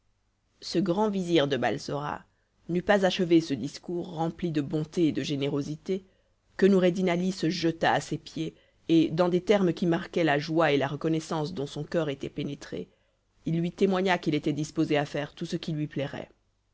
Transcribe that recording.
ce grand vizir de balsora n'eut pas achevé ce discours rempli de bonté et de générosité que noureddin ali se jeta à ses pieds et dans des termes qui marquaient la joie et la reconnaissance dont son coeur était pénétré il lui témoigna qu'il était disposé à faire tout ce qui lui plairait